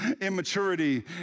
immaturity